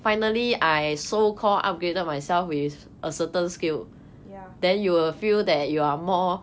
ya